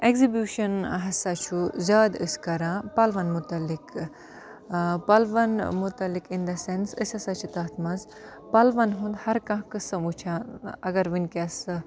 exhibition ہَسا چھُ زیادٕ أسۍ کَران پَلوَن مُتعلِق پَلوَن مُتعلِق اِن دَ سٮ۪نٕس أسۍ ہَسا چھِ تَتھ منٛز پَلوَن ہُنٛد ہَر کانٛہہ قٕسٕم وٕچھان اگر وٕنکٮ۪س